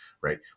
right